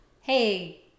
hey